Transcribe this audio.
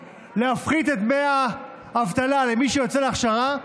להפחית את דמי האבטלה למי שיוצא להכשרה,